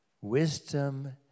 Wisdom